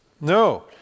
No